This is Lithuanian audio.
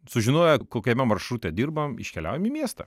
sužinoję kokiame maršrute dirbam iškeliaujam į miestą